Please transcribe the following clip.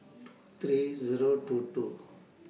two three Zero two two